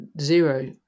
zero